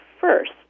first